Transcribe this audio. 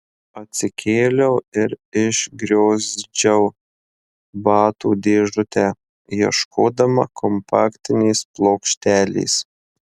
atsikėliau ir išgriozdžiau batų dėžutę ieškodama kompaktinės plokštelės